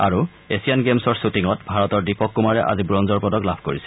আৰু এছিয়ান গেমছৰ শ্বুটিঙত ভাৰতৰ দীপক কুমাৰে আজি ব্ৰঞ্জৰ পদক লাভ কৰিছে